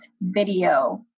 video